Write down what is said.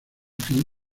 fin